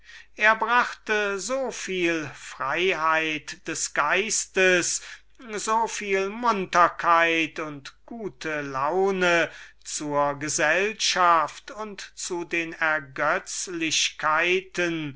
er brachte so viel freiheit des geistes so viel munterkeit und guten humor zur gesellschaft und zu den ergötzlichkeiten